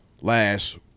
last